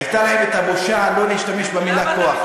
הייתה להם הבושה שלא להשתמש במילה כוח,